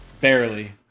barely